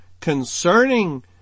concerning